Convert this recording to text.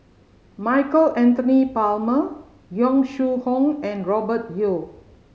Michael Anthony Palmer Yong Shu Hoong and Robert Yeo